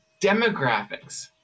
demographics